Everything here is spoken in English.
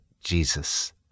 Jesus